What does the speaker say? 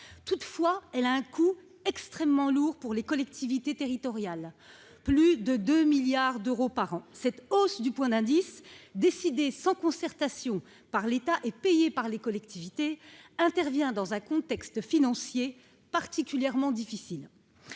Toutefois, elle a un coût extrêmement lourd pour les collectivités territoriales : plus de 2 milliards d'euros par an. Cette hausse du point d'indice, décidée par l'État sans concertation et payée par les collectivités, intervient dans un contexte financier particulièrement difficile.